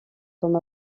comme